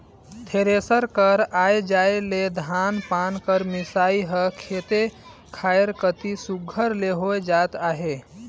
thresher कर आए जाए ले धान पान कर मिसई हर खेते खाएर कती सुग्घर ले होए जात अहे